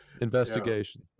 investigation